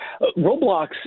Roblox